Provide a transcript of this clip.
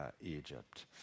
Egypt